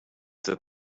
that